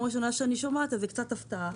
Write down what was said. הראשונה שאני שומעת על כך וזה קצת הפתעה.